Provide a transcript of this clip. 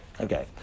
okay